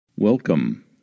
Welcome